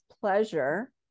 pleasure